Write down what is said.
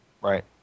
Right